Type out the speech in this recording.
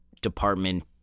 department